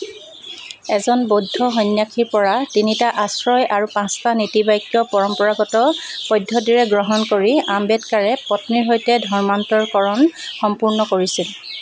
এজন বৌদ্ধ সন্ন্যাসীৰ পৰা তিনিটা আশ্ৰয় আৰু পাঁচটা নীতিবাক্য পৰম্পৰাগত পদ্ধতিৰে গ্ৰহণ কৰি আম্বেদকাৰে পত্নীৰ সৈতে ধৰ্মান্তৰকৰণ সম্পূৰ্ণ কৰিছিল